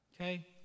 Okay